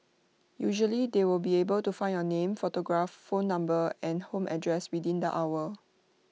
usually they will be able to find your name photograph phone number and home address within the hour